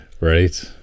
Right